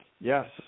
Yes